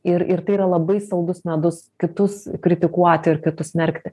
ir ir tai yra labai saldus medus kitus kritikuoti ir kitus smerkti